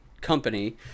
company